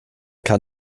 kann